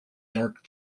dark